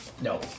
No